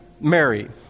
Mary